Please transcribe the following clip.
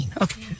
Okay